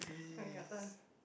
oh your turn